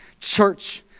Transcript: church